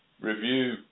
review